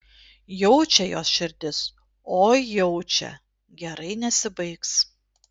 jaučia jos širdis oi jaučia gerai nesibaigs